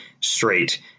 straight